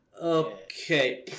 Okay